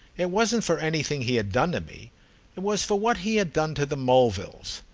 it wasn't for anything he had done to me it was for what he had done to the mulvilles.